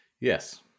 Yes